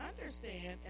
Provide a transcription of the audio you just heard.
understand